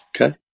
Okay